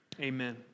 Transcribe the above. Amen